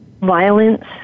violence